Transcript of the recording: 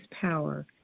power